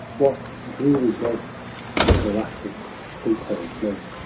what dreary ghosts to glutted pluto fled,